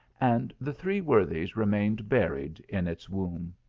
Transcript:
and the three worthies remained buried in its womb.